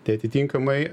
tai atitinkamai